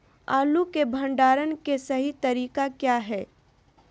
आलू के भंडारण के सही तरीका क्या है?